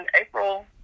April